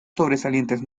sobresalientes